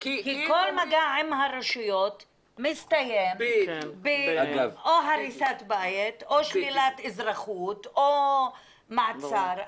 כי כל מגע עם הרשויות מסתיים או בהריסת בית או שלילת אזרחות או מעצר,